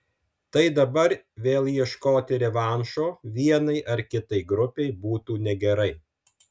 tai dabar vėl ieškoti revanšo vienai ar kitai grupei būtų negerai